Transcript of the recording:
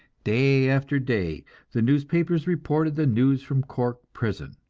day after day the newspapers reported the news from cork prison,